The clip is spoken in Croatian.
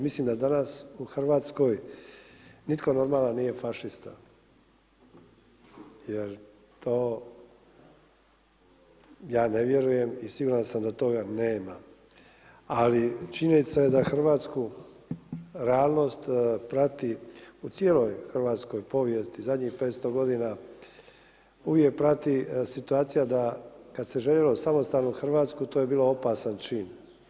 Mislim da danas u Hrvatskoj nitko normalan nije fašista jer to ja ne vjerujem i siguran sam da toga nema ali činjenica je da hrvatsku realnost prati u cijeloj Hrvatskoj, zadnjih 500 g., uvijek prati situacija da kad željelo samostalnu Hrvatsku, to je bilo opasan čin.